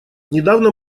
недавно